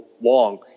long